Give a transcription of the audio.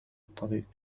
الطريق